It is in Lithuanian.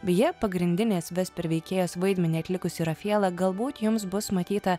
beje pagrindinės vesper veikėjos vaidmenį atlikusi rafiela galbūt jums bus matyta